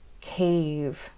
cave